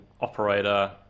operator